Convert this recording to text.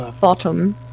bottom